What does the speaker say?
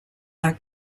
are